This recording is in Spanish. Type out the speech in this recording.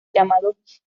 llamados